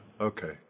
okay